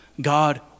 God